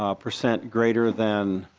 um percent greater than